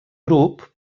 grup